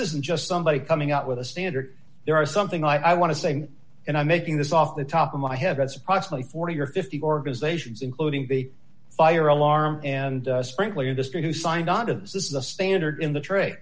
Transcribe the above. isn't just somebody coming out with a standard there are something i want to say and i'm making this off the top of my head has approximately forty or fifty organizations including the fire alarm and sprinkler industry who signed on to this is the standard in the tr